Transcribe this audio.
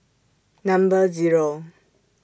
Number Zero